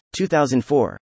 2004